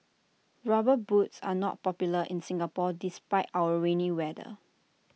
rubber boots are not popular in Singapore despite our rainy weather